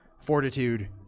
fortitude